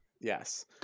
Yes